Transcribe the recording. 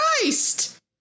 Christ